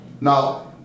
Now